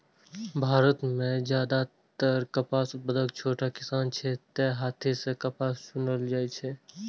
भारत मे जादेतर कपास उत्पादक छोट किसान छै, तें हाथे सं कपास चुनल जाइ छै